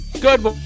Good